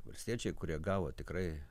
valstiečiai kurie gavo tikrai